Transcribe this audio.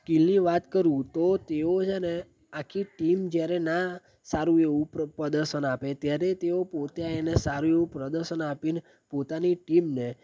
સ્કિલની વાત કરું તો તેઓ છે ને આખી ટીમ જ્યારે ના સારું એવું પ પ્રદર્શન આપે ત્યારે તેઓ પોતે એને સારું પ્રદર્શન આપ્યું પોતાની ટીમને